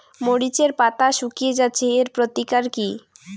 মরিচের পাতা শুকিয়ে যাচ্ছে এর প্রতিকার কি?